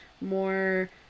more